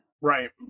Right